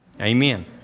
Amen